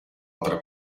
otra